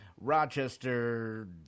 Rochester